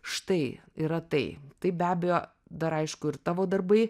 štai yra tai tai be abejo dar aišku ir tavo darbai